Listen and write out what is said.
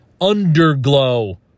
underglow